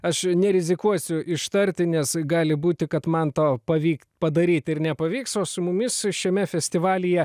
aš nerizikuosiu ištarti nes gali būti kad man to pavykt padaryt ir nepavyks o su mumis šiame festivalyje